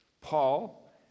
Paul